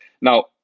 Now